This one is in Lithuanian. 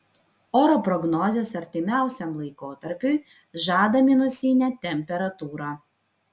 oro prognozės artimiausiam laikotarpiui žada minusinę temperatūrą